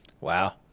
Wow